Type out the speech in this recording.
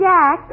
Jack